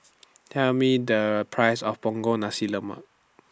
Tell Me The Price of Punggol Nasi Lemak